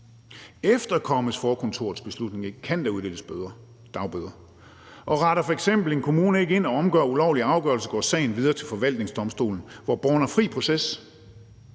Efterkommes forkontorets beslutning ikke, kan der uddeles dagbøder, og retter f.eks. en kommune ikke ind og omgør ulovlige afgørelser, går sagen videre til forvaltningsdomstolen, hvor borgeren har fri proces,